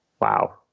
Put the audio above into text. wow